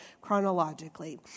chronologically